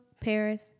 Paris